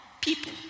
people